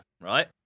right